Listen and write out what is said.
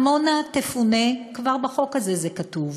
עמונה תפונה, כבר בחוק הזה זה כתוב,